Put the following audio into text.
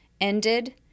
ended